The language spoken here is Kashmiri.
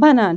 بَنان